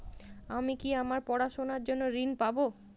আমি কি আমার পড়াশোনার জন্য ঋণ পাব?